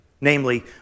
Namely